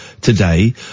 today